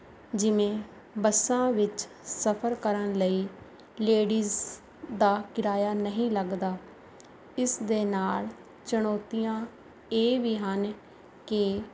ਜਿਵੇਂ ਬੱਸਾਂ ਵਿੱਚ ਸਫਰ ਕਰਨ ਲਈ ਲੇਡੀਜ਼ ਦਾ ਕਿਰਾਇਆ ਨਹੀਂ ਲੱਗਦਾ ਇਸ ਦੇ ਨਾਲ ਚੁਣੌਤੀਆਂ ਇਹ ਵੀ ਹਨ ਕਿ